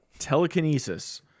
telekinesis